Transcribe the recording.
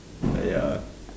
ya